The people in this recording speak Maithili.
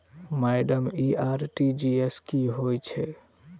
माइडम इ आर.टी.जी.एस की होइ छैय?